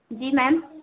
جی میم